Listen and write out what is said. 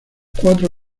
cuatro